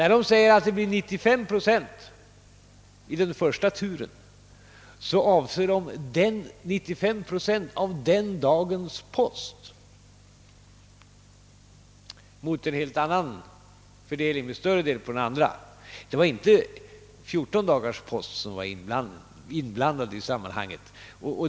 När man säger att det blir 95 procent i den första turen menar man 95 procent av den dagens post mot en helt annan fördelning vid vissa tillfällen; det var inte 14 dagars post som var inblandad i sammanhanget.